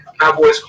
Cowboys